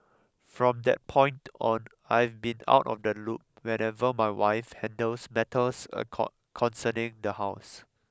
from that point on I've been out of the loop whenever my wife handles matters a concerning the house